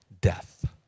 death